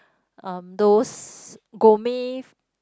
uh those gourmet